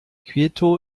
quito